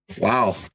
Wow